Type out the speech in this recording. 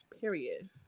Period